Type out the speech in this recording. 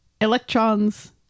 electrons